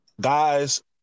guys